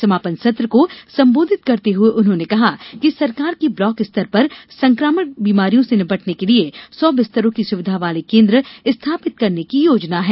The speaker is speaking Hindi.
समापन सत्र को संबोधित करते हुए उन्होंने बताया कि सरकार की ब्लाक स्तर पर संकामण बीमारियों से निपटने के लिए सौ बिस्तरों की सुविधा वाले केन्द्र स्थापित करने की योजना है